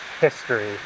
history